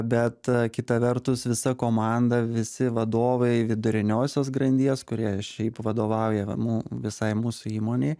bet kita vertus visa komanda visi vadovai viduriniosios grandies kurie šiaip vadovauja mū visai mūsų įmonei